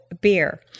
beer